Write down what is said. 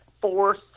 force